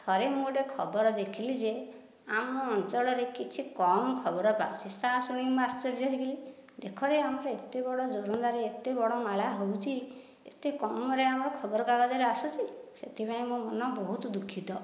ଥରେ ମୁଁ ଗୋଟିଏ ଖବର ଦେଖିଲି ଯେ ଆମ ଅଞ୍ଚଳରେ କିଛି କମ୍ ଖବର ବାହାରୁଛି ତାହା ଶୁଣି ମୁଁ ଆଶ୍ଚର୍ଯ୍ୟ ହୋଇଗଲି ଦେଖରେ ଆମର ଏତେ ବଡ଼ ଯୋରନ୍ଦାରେ ଏତେବଡ଼ ମେଳା ହେଉଛି ଏତେ କମରେ ଆମର ଖବରକାଗଜରେ ଆସୁଛି ସେଥିପାଇଁ ମୋ ମନ ବହୁତ ଦୁଃଖିତ